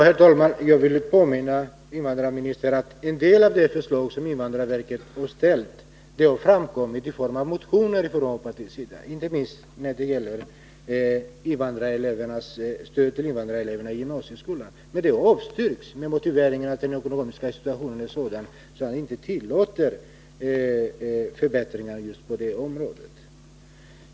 Herr talman! Jag vill påminna invandrarministern om att en del av invandrarverkets förslag — det gäller inte minst stödet till invandrareleverna i gymnasieskolan — redan har förekommit i motioner från vårt partis sida. Men de har avstyrkts med motiveringen att den ekonomiska situationen inte tillåter förbättringar på just det området.